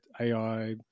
AI